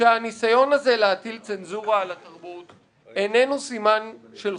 שהניסיון הזה להטיל צנזורה על התרבות איננו סימן של חוזק.